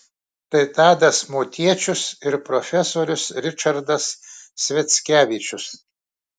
tai tadas motiečius ir profesorius ričardas sviackevičius